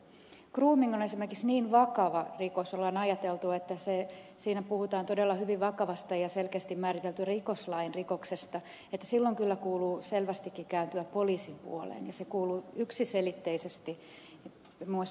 grooming on esimerkiksi niin vakava rikos on ajateltu että siinä puhutaan todella hyvin vakavasta ja selkeästi määritellystä rikoslain rikoksesta että silloin kyllä kuuluu selvästikin kääntyä poliisin puoleen ja yksiselitteisesti muun muassa ed